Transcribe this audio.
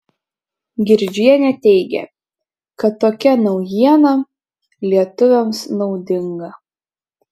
girdžienė teigia kad tokia naujiena lietuviams naudinga